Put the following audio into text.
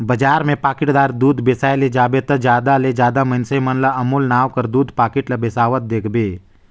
बजार में पाकिटदार दूद बेसाए ले जाबे ता जादा ले जादा मइनसे मन ल अमूल नांव कर दूद पाकिट ल बेसावत देखबे